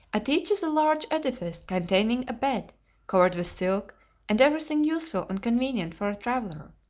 at each is a large edifice containing a bed covered with silk and everything useful and convenient for a traveller.